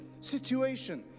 situation